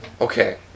Okay